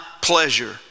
pleasure